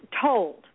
told